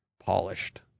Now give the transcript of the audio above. polished